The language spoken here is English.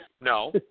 no